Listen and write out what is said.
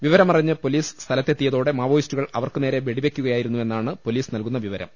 വിവരമറിഞ്ഞ് പൊലീസ് സ്ഥലത്തെ ത്തിയതോടെ മാവോയിസ്റ്റുകൾ അവർക്കുനേരെ വെടിവെ യ്ക്കുകയായിരുന്നുവെന്നാണ് പൊലീസ് നൽകുന്ന വിവരം